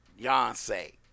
Yonsei